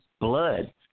blood